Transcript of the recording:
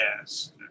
Yes